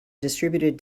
distributed